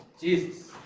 Jesus